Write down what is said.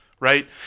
right